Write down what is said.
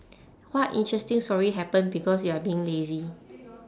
what interesting story happen because you are being lazy